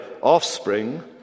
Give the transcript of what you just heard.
offspring